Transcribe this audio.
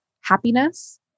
happiness